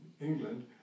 England